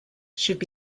should